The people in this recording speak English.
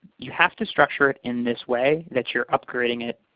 you have to structure it in this way, that you're upgrading it,